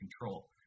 control